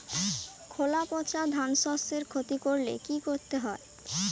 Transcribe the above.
খোলা পচা ধানশস্যের ক্ষতি করলে কি করতে হবে?